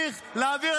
עם מי